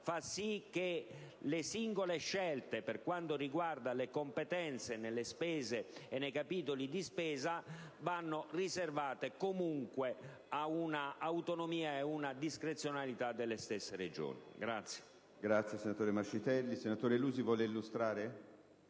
fa sì che le singole scelte per quanto riguarda le competenze nelle spese e nei capitoli di spesa vadano riservate comunque all'autonomia e alla discrezionalità delle stesse Regioni.